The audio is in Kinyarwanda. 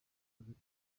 hagati